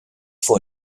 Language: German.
vor